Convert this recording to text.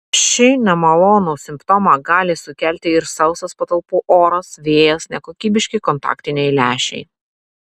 šį nemalonų simptomą gali sukelti ir sausas patalpų oras vėjas nekokybiški kontaktiniai lęšiai